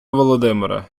володимире